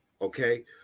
okay